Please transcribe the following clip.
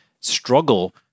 struggle